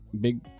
big